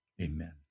Amen